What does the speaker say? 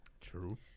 true